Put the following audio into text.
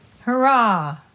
Hurrah